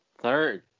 Third